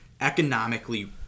economically